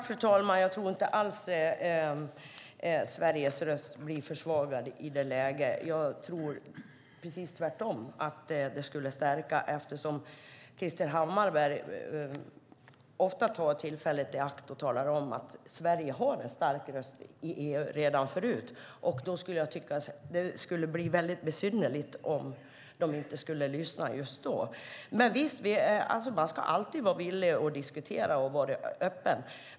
Fru talman! Jag tror inte alls att Sveriges röst blir försvagat i det läget. Jag tror precis tvärtom, nämligen att rösten skulle stärkas. Krister Hammarbergh tar ofta tillfället i akt och talar om att Sverige har en stark röst i EU sedan tidigare. Det skulle bli besynnerligt om EU inte skulle lyssna just då. Man ska alltid vara villig att diskutera och vara öppen.